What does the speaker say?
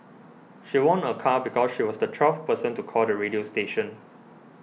she won a car because she was the twelfth person to call the radio station